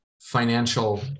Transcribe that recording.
financial